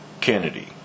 Kennedy